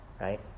right